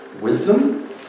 wisdom